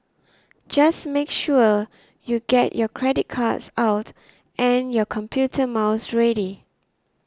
just make sure you get your credit cards out and your computer mouse ready